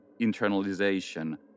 internalization